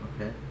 Okay